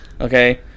Okay